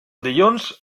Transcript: dilluns